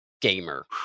Gamer